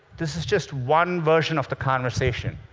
this is just one version of the conversation.